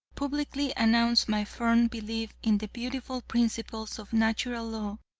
publicly announce my firm belief in the beautiful principles of natural law,